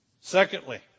Secondly